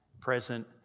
present